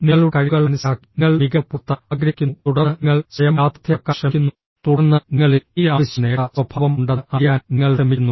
നിങ്ങളുടെ കഴിവുകൾ മനസ്സിലാക്കി നിങ്ങൾ മികവ് പുലർത്താൻ ആഗ്രഹിക്കുന്നു തുടർന്ന് നിങ്ങൾ സ്വയം യാഥാർത്ഥ്യമാക്കാൻ ശ്രമിക്കുന്നു തുടർന്ന് നിങ്ങളിൽ ഈ ആവശ്യ നേട്ട സ്വഭാവം ഉണ്ടെന്ന് അറിയാൻ നിങ്ങൾ ശ്രമിക്കുന്നു